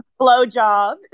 blowjob